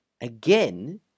again